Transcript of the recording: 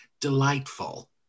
Delightful